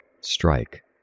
strike